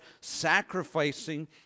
sacrificing